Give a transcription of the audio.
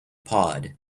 pod